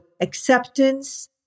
acceptance